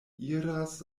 iras